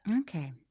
Okay